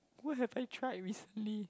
who have a try recently